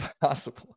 possible